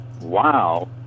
wow